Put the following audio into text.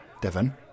Devon